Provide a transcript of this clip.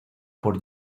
por